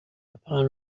upon